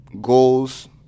goals